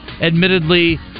admittedly